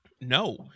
No